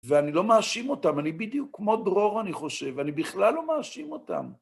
ואני לא מאשים אותם, אני בדיוק כמו דרור, אני חושב, אני בכלל לא מאשים אותם.